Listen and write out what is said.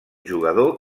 jugador